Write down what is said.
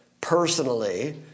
personally